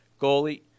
goalie